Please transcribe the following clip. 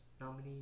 nominee